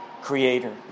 Creator